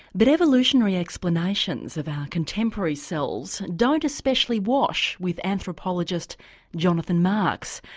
but evolutionary explanations of our contemporary selves don't especially wash with anthropologist jonathan marks.